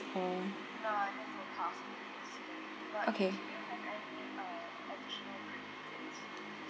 or okay